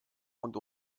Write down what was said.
und